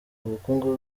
ubukungu